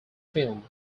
film